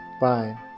Bye